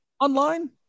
online